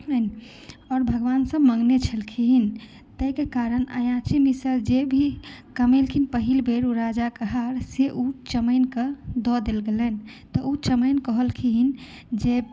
आओर भगवानसँ मंगने छलखिन ताहि केँ कारण अयाची मिसर जे भी कमेलखिन पहिल बेर ओ राजा के से ओ चमाइन के दऽ देल गेलनि तऽ ओ चमाइन कहलखिन जे